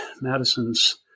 Madison's